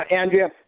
Andrea